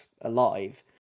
alive